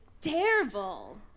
terrible